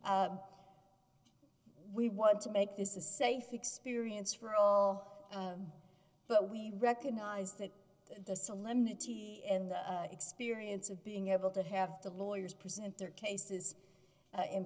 we want to make this a safe experience for all but we recognize that the solemnity and experience of being able to have the lawyers present their cases in